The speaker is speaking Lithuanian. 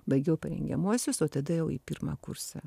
baigiau parengiamuosius o tada jau į pirmą kursą